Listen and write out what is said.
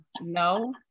No